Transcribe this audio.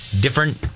different